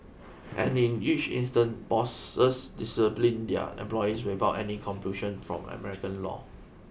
and in each instance bosses disciplined their employees without any compulsion from American law